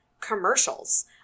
commercials